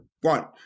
One